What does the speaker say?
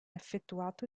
effettuato